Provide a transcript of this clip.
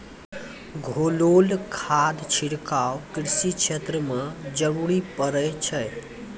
घोललो खाद छिड़काव कृषि क्षेत्र म जरूरी पड़ै छै